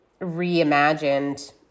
reimagined